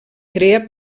crea